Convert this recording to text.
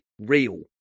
real